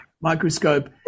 microscope